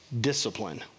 discipline